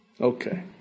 Okay